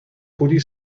hoodie